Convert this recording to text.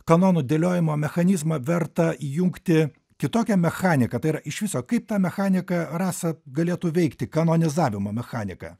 kanonų dėliojimo mechanizmą verta įjungti kitokią mechaniką tai yra iš viso kaip ta mechanika rasa galėtų veikti kanonizavimo mechanika